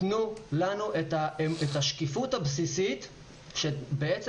תנו לנו את השקיפות הבסיסית שבעצם